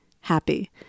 happy